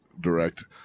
direct